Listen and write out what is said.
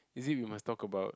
is it we must talk about